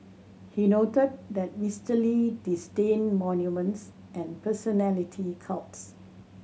he noted that Mister Lee disdained monuments and personality cults